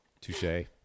Touche